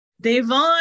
Devon